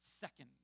second